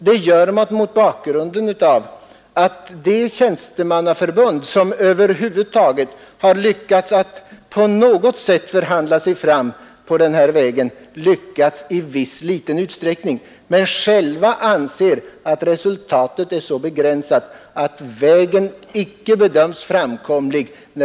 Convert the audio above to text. Det gör man vidare mot bakgrund av att det tjänstemannaförbund, som i viss liten utsträckning lyckats att på något sätt förhandla sig fram på den här vägen, självt anser att resultatet är så begränsat att förhandlingsvägen icke bedöms som framkomlig.